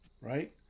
Right